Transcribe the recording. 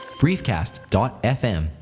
briefcast.fm